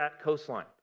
Coastline